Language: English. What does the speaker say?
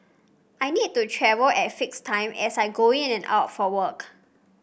I need to travel at fixed times as I go in and out for work